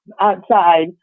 outside